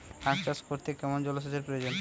আখ চাষ করতে কেমন জলসেচের প্রয়োজন?